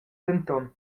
denton